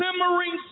simmering